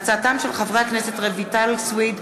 שנרצח בטענה כי רצח אינו דבר בלתי צפוי,